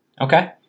Okay